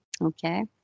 Okay